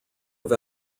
have